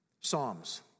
Psalms